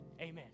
amen